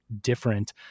different